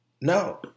No